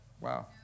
Wow